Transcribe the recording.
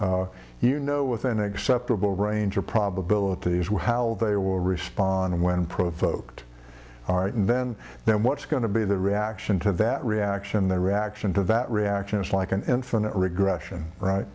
th you know within acceptable range of probabilities were how they will respond when provoked all right and then then what's going to be the reaction to that reaction the reaction to that reaction is like an infinite regression right